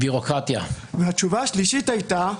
והתשובה השלישית הייתה,